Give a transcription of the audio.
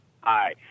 Hi